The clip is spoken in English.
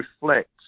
reflects